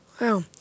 Wow